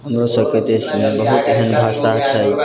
हमरोसभके देश मे बहुत एहन भाषा छै